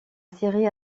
série